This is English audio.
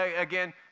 again